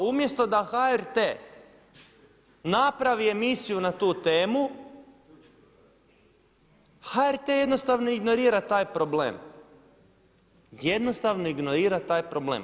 Umjesto da HRT napravi emisiju na tu temu HRT jednostavno ignorira taj problem, jednostavno ignorira taj problem.